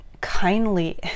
kindly